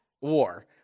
war